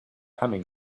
humming